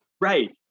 Right